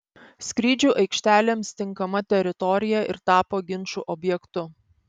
skrydžių aikštelėms tinkama teritorija ir tapo ginčų objektu